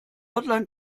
hotline